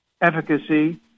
efficacy